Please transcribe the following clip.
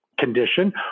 condition